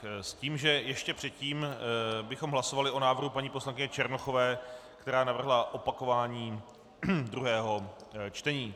S tím, že ještě předtím bychom hlasovali o návrhu paní poslankyně Černochové, která navrhla opakování druhého čtení.